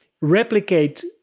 replicate